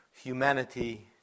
humanity